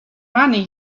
money